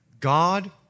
God